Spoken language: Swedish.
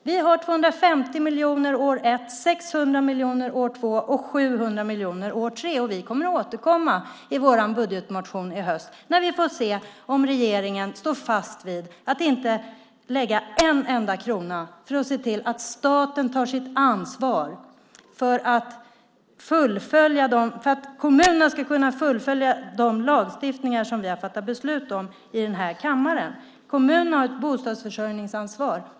Vi har 250 miljoner år 1, 600 miljoner år 2 och 700 miljoner år 3, och vi kommer att återkomma i vår budgetmotion i höst när vi får se om regeringen står fast vid att inte lägga en enda krona för att se till att staten tar sitt ansvar för att kommunerna ska kunna följa den lagstiftning som vi har fattat beslut om i den här kammaren. Kommunerna har ett bostadsförsörjningsansvar.